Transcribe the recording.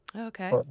Okay